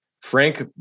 Frank